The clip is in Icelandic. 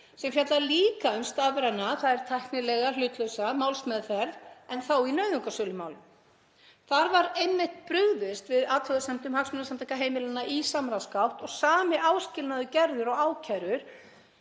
sem fjallar líka um stafræna, þ.e. tæknilega hlutlausa, málsmeðferð en þá í nauðungarsölumálum. Þar var einmitt brugðist við athugasemdum Hagsmunasamtaka heimilanna í samráðsgátt og sami áskilnaður gerður og með